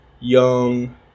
young